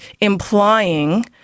implying